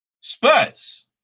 Spurs